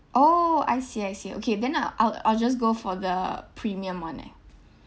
!ow! I see I see okay then uh I'll I'll just go for the premium one eh